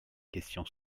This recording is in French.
question